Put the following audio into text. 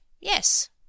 Yes